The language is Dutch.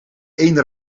één